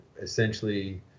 essentially